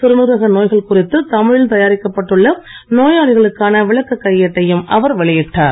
சிறுநீரக நோய்கள் குறித்து தமிழில் தயாரிக்கப்பட்டுள்ள நோயாளிகளுக்கான விளக்கக் கையேட்டையும் அவர் வெளியிட்டார்